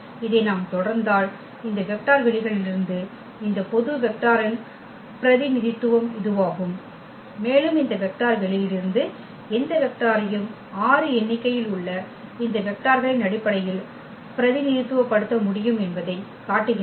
இதை நாம் தொடர்ந்தால் இந்த வெக்டர் வெளிகளிலிருந்து இந்த பொது வெக்டாரின் பிரதிநிதித்துவம் இதுவாகும் மேலும் இந்த வெக்டர் வெளியிலிருந்து எந்த வெக்டாரையும் 6 எண்ணிக்கையில் உள்ள இந்த வெக்டார்களின் அடிப்படையில் பிரதிநிதித்துவப்படுத்த முடியும் என்பதைக் காட்டுகிறது